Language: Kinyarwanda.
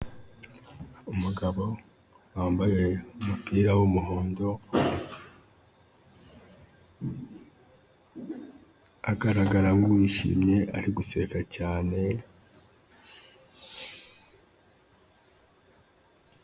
Umugabo wambaye umupira w'umuhondo agaragara nk'uwishimye ari guseka cyane.